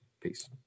Peace